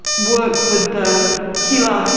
work with the hela